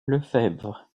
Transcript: lefebvre